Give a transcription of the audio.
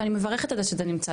ואני מברכת על זה שזה נמצא,